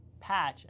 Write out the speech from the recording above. patch